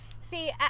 See